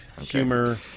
humor